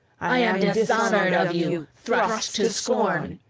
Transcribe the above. i am dishonoured of you, thrust to scorn!